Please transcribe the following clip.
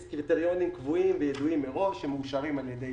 קריטריונים קבועים וידועים מראש שמאושרים על ידי